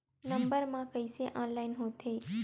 Number मा कइसे online होथे?